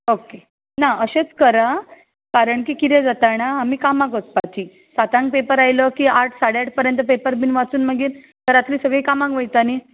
okay ना अशेंच करा कारण की कितें जाता जाणा आमी कामांक वचपाची सातांक पेपर आयलो की आट साडे आट पर्यंत पेपर बीन वाचून मागीर घरांतलीं सगलीं कामाक वयता न्ही हा